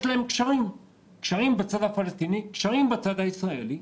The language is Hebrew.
יש להם קשרים, קשרים בצד הפלסטיני ובצד הישראלי.